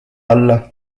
alla